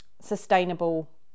sustainable